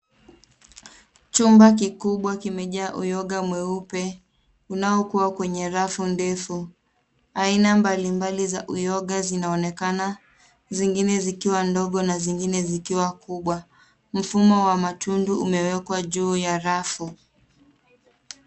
Chumba kikubwa kimejaa uyoga mweupe unao kuwa kwenye rafu ndefu. Aina mbalimbali za uyoga zinaonekana zingine zikiwa ndogo na zingine zikiwa kubwa. Mfumo wa matundu umewekwa juu ya rafu.